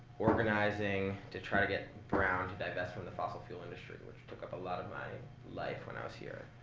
organizing to try to get brown to divest from the fossil fuel industry, which took up a lot of my life when i was here.